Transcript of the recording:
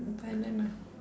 in thailand ah